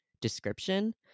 description